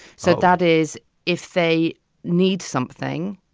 so that is if they need something,